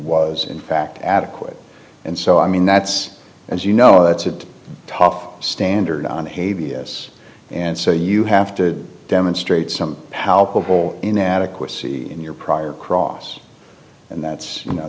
was in fact adequate and so i mean that's as you know that's a tough standard on hey vs and say you have to demonstrate some how hopeful inadequacy in your prior cross and that's you know